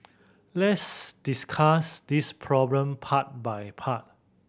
let's discuss this problem part by part